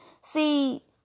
See